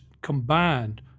combined